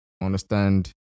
understand